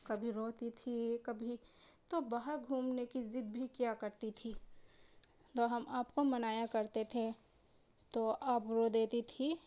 کبھی روتی تھی کبھی تو بہت گھومنے کی ضد بھی کیا کرتی تھی تو ہم آپ کو منایا کرتے تھے تو آپ رو دیتی تھی